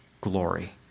glory